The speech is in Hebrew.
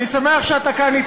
אני כאן.